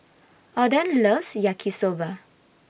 Alden loves Yaki Soba